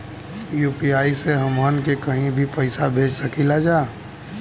UPI से हमहन के कहीं भी पैसा भेज सकीला जा?